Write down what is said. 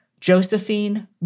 Josephine